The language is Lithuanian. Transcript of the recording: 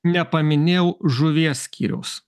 nepaminėjau žuvies skyriaus